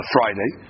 Friday